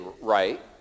right